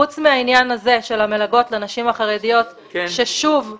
חוץ מהעניין הזה של המלגות לנשים החרדיות ואני